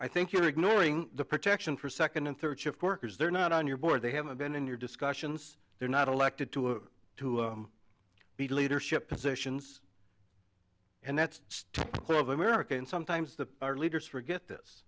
i think you're ignoring the protection for second and third shift workers they're not on your board they haven't been in your discussions they're not elected to be leadership positions and that's sort of america and sometimes the our leaders forget this